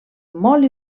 molt